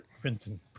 printing